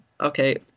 okay